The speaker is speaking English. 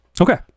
okay